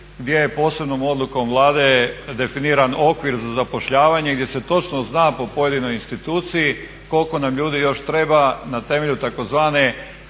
gdje je posebnom odlukom Vlade definiran okvir za zapošljavanje gdje se točno zna po pojedinoj instituciji koliko nam ljudi još treba na temelju tzv.